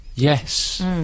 Yes